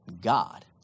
God